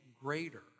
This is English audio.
greater